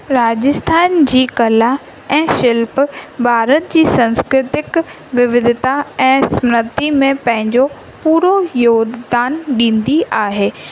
राजस्थान जी कला ऐं शिल्प भारत जी संस्कृतिक विविधता ऐं समृति में पंहिंजो पूरो योगदानु ॾींदी आहे